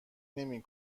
نمی